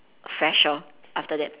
fresh lor after that